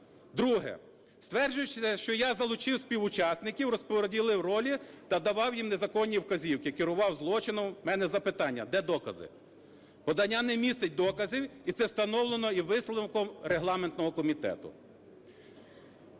Друге. Стверджується, що я залучив співучасників, розподілив ролі та давав їм незаконні вказівки, керував злочином… У мене запитання: де докази? Подання не містить доказів, і це встановлено і висновком регламентного комітету.